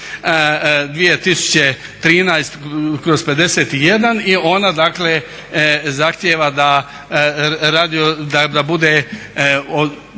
2013./51 i ona dakle zahtjeva da bude